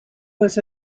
was